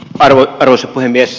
arvoisa puhemies